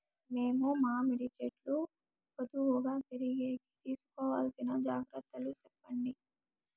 మేము మామిడి చెట్లు పొడువుగా పెరిగేకి తీసుకోవాల్సిన జాగ్రత్త లు చెప్పండి?